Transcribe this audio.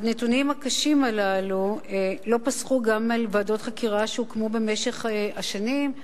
הנתונים הקשים הללו לא פסחו גם על ועדות חקירה שהוקמו במשך השנים,